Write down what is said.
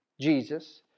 Jesus